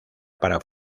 para